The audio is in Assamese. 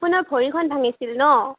আপোনাৰ ভৰিখন ভাঙিছিল ন